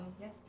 Yes